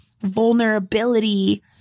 vulnerability